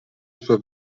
suo